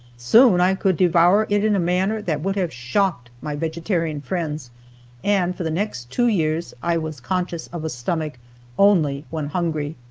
soon i could devour it in a manner that would have shocked my vegetarian friends and for the next two years i was conscious of a stomach only when hungry.